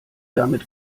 damit